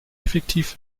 effektiv